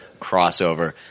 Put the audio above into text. crossover